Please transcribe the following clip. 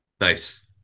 Nice